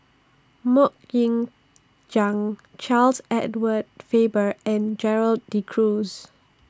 Mok Ying Jang Charles Edward Faber and Gerald De Cruz